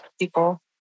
people